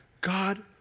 God